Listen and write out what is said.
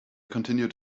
continued